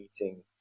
meeting